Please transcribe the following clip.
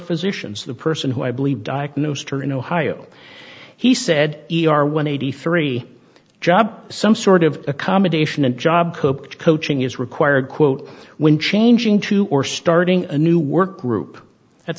physicians the person who i believe diagnosed her in ohio he said e r when eighty three job some sort of accommodation and job hope coaching is required quote when changing two or starting a new work group that's